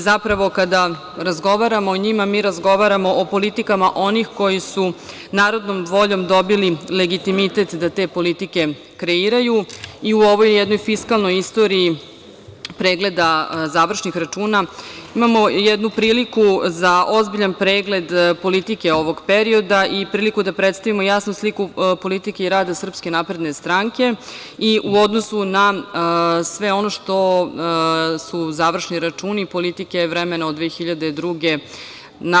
Zapravo kada razgovaramo o njima mi razgovaramo o politikama onih koji su narodnom voljom dobili legitimitet da te politike kreiraju i u ovoj jednoj fiskalnoj istoriji pregleda završnih računa, imamo jednu priliku za ozbiljan pregled politike ovog perioda i priliku da predstavimo jasnu sliku politike i rada SNS i u odnosu na sve ono što su završni računi politike vremena od 2002. godine.